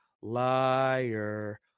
liar